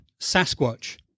Sasquatch